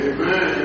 Amen